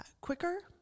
Quicker